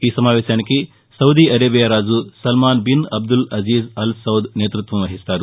ఈసమావేశానికి Saudi Arabia రాజు Salman bin Abdul Aziz Al Saud నేత్బత్వం వహిస్తారు